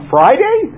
Friday